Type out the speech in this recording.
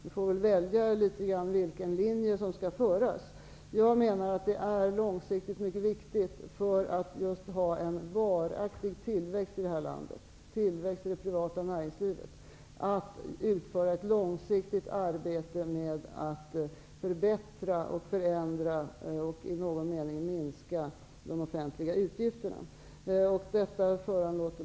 Ni får välja vilken linje som skall föras. Jag menar att det är mycket viktigt att utföra ett långsiktigt arbete med att förbättra och förändra och i någon mening minska de offentliga utgifterna. Det är viktigt för att vi skall kunna ha en varaktig tillväxt i det privata näringslivet i det här landet.